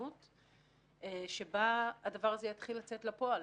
התארגנות שבה הדבר הזה יתחיל לצאת לפועל.